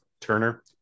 Turner